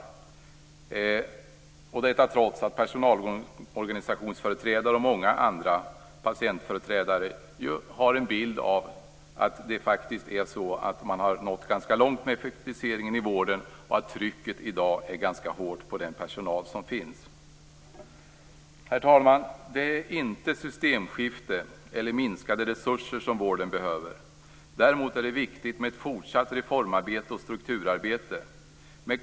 Detta menar han trots att personalorganisationsföreträdare och många patientföreträdare har en bild av att man faktiskt nått ganska långt med effektiviseringen i vården, och att trycket i dag är ganska hårt på den personal som finns. Herr talman! Det är inte systemskifte eller minskade resurser som vården behöver. Däremot är ett fortsatt reformarbete och strukturarbete viktigt.